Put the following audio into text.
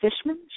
Fishman